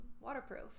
waterproof